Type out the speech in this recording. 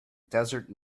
desert